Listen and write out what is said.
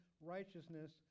righteousness